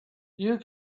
you